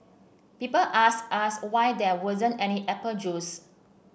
people asked us why there wasn't any apple juice